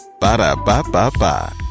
Ba-da-ba-ba-ba